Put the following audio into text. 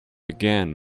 again